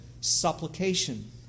Supplication